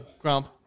Grump